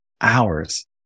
hours